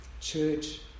Church